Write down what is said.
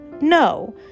no